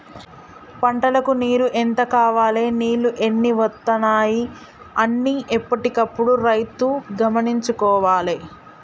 పంటలకు నీరు ఎంత కావాలె నీళ్లు ఎన్ని వత్తనాయి అన్ని ఎప్పటికప్పుడు రైతు గమనించుకోవాలె